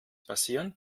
passieren